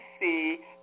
see